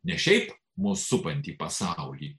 ne šiaip mus supantį pasaulį